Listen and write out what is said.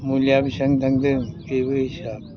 मुलिया बेसेबां थांदों बेबो हिसाब